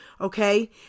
Okay